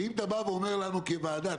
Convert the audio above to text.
ואם אתה בא ואומר לנו כוועדה,